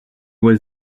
was